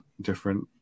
different